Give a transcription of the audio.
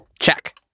Check